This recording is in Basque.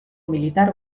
militar